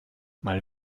mal